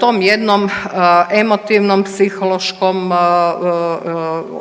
tom jednom emotivnom, psihološkom